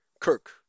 kirk